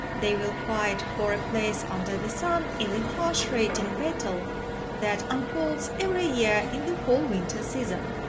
they will fight for a place under the sun in the harsh rating battle that unfolds every year in the fall-winter season.